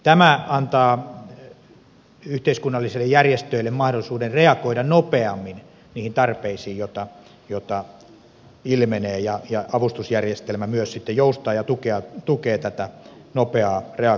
tämä antaa yhteiskunnallisille järjestöille mahdollisuuden reagoida nopeammin niihin tarpeisiin joita ilmenee ja avustusjärjestelmä myös sitten joustaa ja tukee tätä nopeaa reagointia